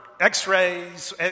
x-rays